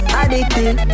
addicted